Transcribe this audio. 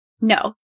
No